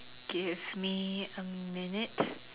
give me a minute